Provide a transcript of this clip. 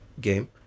game